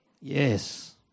Yes